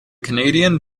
canadian